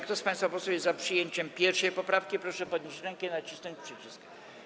Kto z państwa posłów jest za przyjęciem 1. poprawki, proszę podnieść rękę i nacisnąć przycisk.